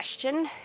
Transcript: question